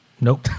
Nope